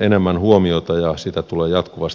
enemmän huomiota ja sitä tulee jatkuvasti parantaa